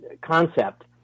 concept